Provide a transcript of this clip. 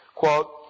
quote